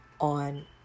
on